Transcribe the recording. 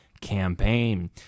campaign